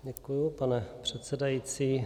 Děkuji, pane předsedající.